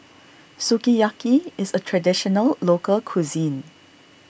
Sukiyaki is a Traditional Local Cuisine